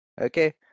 okay